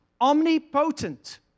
omnipotent